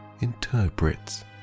interprets